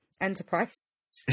Enterprise